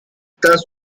thus